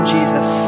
Jesus